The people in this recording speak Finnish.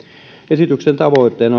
esityksen tavoitteena